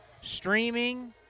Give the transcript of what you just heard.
streaming